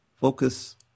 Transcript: Focus